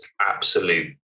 absolute